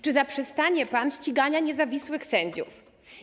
Czy zaprzestanie pan ścigania niezawisłych sędziów?